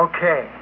Okay